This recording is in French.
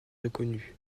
reconnu